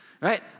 Right